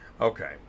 Okay